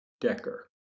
Decker